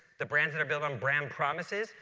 the brands that are built on brand promises,